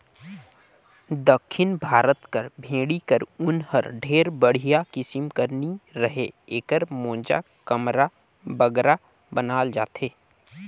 दक्खिन भारत कर भेंड़ी कर ऊन हर ढेर बड़िहा किसिम कर नी रहें एकर मोजा, कमरा बगरा बनाल जाथे